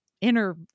inner